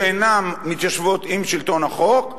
שאינן מתיישבות עם שלטון החוק,